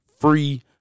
free